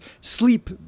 sleep